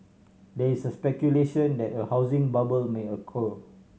there is speculation that a housing bubble may occur